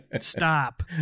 stop